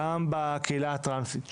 גם בקהילה הטרנסית,